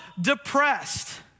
depressed